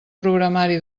programari